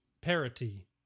parity